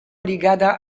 ligada